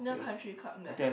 near country club there